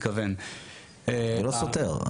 זה לא סותר,